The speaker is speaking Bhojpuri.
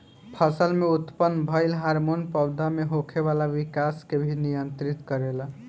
फसल में उत्पन्न भइल हार्मोन पौधा में होखे वाला विकाश के भी नियंत्रित करेला